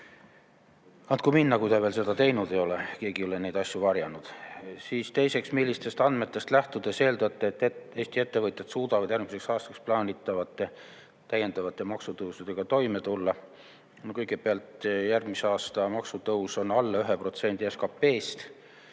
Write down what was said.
Andku minna, kui ta veel seda teinud ei ole, keegi ei ole neid asju varjanud. Teiseks: "Millistest andmetest lähtudes eeldate, et Eesti ettevõtjad suudavad järgmiseks aastaks plaanitavate täiendavate maksutõusudega toime tulla?" Kõigepealt, järgmise aasta maksutõus on alla 1% SKP‑st.